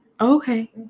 Okay